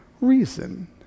reason